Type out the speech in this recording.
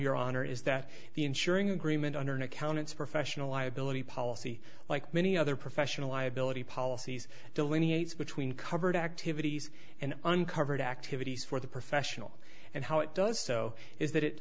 your honor is that the insuring agreement under an accountant's professional liability policy like many other professional liability policies delineates between covered activities and uncovered activities for the professional and how it does so is